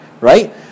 Right